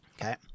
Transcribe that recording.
Okay